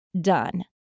done